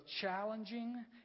challenging